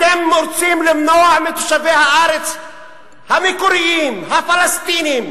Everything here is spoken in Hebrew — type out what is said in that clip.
אתם רוצים למנוע מתושבי הארץ המקוריים, הפלסטינים,